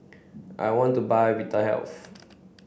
I want to buy Vitahealth